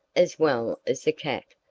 as well as the cat,